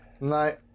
no